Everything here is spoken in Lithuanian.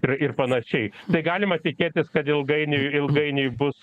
ir ir panašiai tai galima tikėtis kad ilgainiui ilgainiui bus